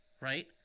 right